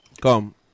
Come